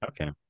Okay